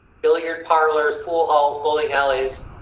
billiard parlors, pool, or bowling alleys.